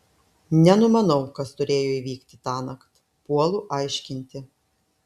nenumanau kas turėjo įvykti tąnakt puolu aiškinti